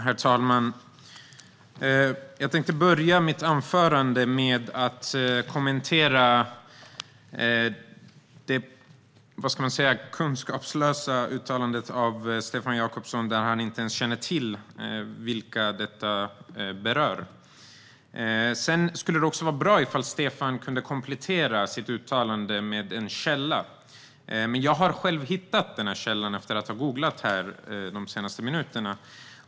Herr talman! Jag tänkte börja mitt anförande med att kommentera det kunskapslösa uttalandet från Stefan Jakobsson, som inte ens känner till vilka detta berör. Det skulle också vara bra om Stefan kunde komplettera sitt uttalande med en källa. Jag har dock själv hittat denna källa efter att ha googlat under de senaste minuterna.